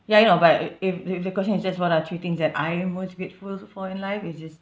ya I know but if if the question is just what are three things that I am most grateful for in life it's just